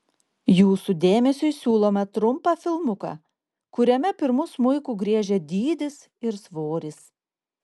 jūsų dėmesiui siūlome trumpą filmuką kuriame pirmu smuiku griežia dydis ir svoris